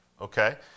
Okay